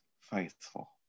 faithful